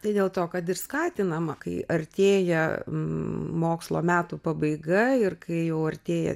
tai dėl to kad ir skatinama kai artėja mokslo metų pabaiga ir kai jau artėja